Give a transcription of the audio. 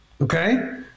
Okay